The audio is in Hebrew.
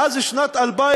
מאז שנת 2000